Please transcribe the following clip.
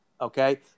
Okay